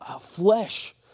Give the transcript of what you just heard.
flesh